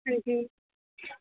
अंजी